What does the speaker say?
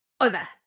Over